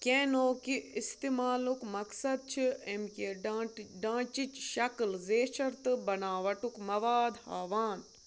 کیٚنو کہِ اِستعمالُک مقصد چُھ اَمہِ کہِ دانٹہٕ ڈانٛچِچ شکٕل زٮ۪چھَر تہ بَناوٹُک مَواد ہاوان